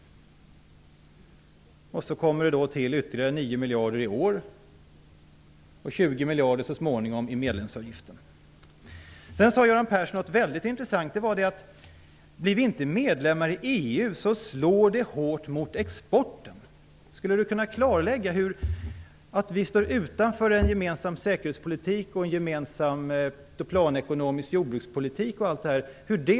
Sedan kommer det till ytterligare 9 miljarder i år och 20 miljarder så småningom till medlemsavgiften. Sedan sade Göran Persson något mycket intressant. Han sade att om vi inte blir medlemmar i EU slår det hårt mot exporten. Skulle Göran Persson kunna klarlägga hur det kan slå mot exporten om vi står utanför en gemensam säkerhetspolitik och en gemensam planekonomisk jordbrukspolitik?